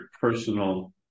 personal